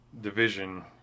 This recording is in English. division